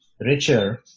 richer